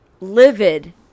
livid